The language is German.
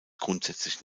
grundsätzlich